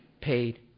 paid